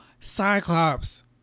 Cyclops